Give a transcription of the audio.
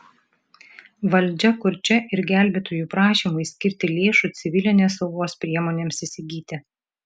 valdžia kurčia ir gelbėtojų prašymui skirti lėšų civilinės saugos priemonėms įsigyti